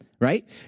right